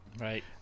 Right